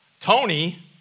Tony